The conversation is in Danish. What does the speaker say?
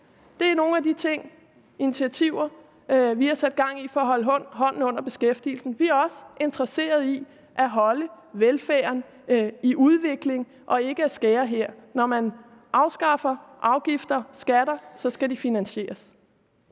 Det er nogle af de initiativer, vi har sat gang i, for at holde hånden under beskæftigelsen. Vi er også interesserede i at holde velfærden i udvikling og ikke at skære der. Når man afskaffer afgifter og skatter, skal det finansieres.